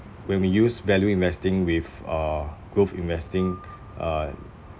when we use value investing with uh growth investing uh